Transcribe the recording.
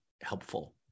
helpful